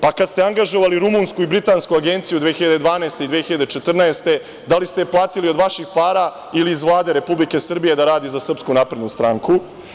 Pa, kad ste angažovali, rumunsku i britansku agenciju 2012. i 2014. godine, da li ste joj platili od vaših para ili iz Vlade Republike Srbije da radi za Srpsku naprednu stranku?